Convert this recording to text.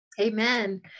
Amen